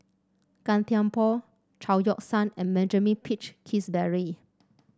Gan Thiam Poh Chao Yoke San and Benjamin Peach Keasberry